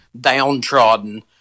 downtrodden